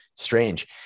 strange